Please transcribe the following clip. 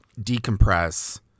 decompress